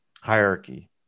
hierarchy